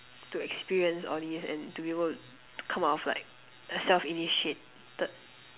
to experience all these and to be able to come out of like a self initiated